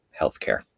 healthcare